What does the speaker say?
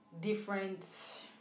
different